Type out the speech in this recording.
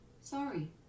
Sorry